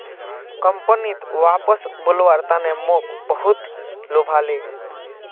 कंपनीत वापस बुलव्वार तने मोक बहुत लुभाले